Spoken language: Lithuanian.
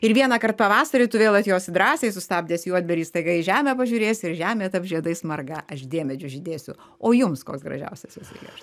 ir vienąkart pavasarį tu vėl atjosi drąsiai sustabdęs juodbėrį staiga į žemę pažiūrėsi ir žemė taps žiedais marga aš diemedžiu žydėsiu o jums koks gražiausias jos eilėraš